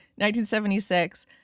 1976